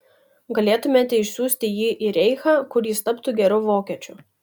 galėtumėte išsiųsti jį į reichą kur jis taptų geru vokiečiu